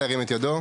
ירים את ידו.